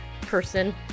person